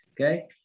Okay